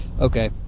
Okay